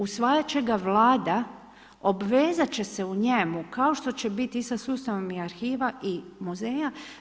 Usvajati će ga Vlada, obvezati će se u njemu kao što će biti i sa sustavom i arhiva i muzeja.